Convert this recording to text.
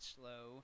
slow